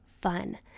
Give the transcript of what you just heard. fun